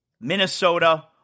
Minnesota